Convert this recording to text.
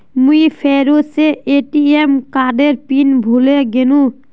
मुई फेरो से ए.टी.एम कार्डेर पिन भूले गेनू